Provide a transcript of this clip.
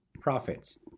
profits